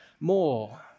more